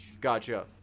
Gotcha